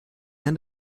end